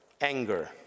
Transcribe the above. anger